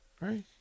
Right